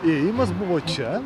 įėjimas buvo čia